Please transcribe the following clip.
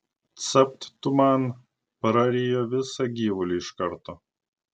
capt tu man prarijo visą gyvulį iš karto